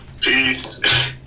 Peace